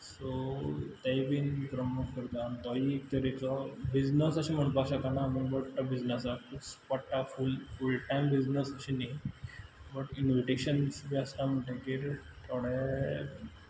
so तेय बीन promote करता आनी तोय एक तरेचो बिजनस अशें म्हणपाक शकना आमी बट तो बिजनसांतूच पडटा फूल टायम बिजनस अशें न्ही बट इनवीटेशन्स बीन आसा म्हणटकीर थोडे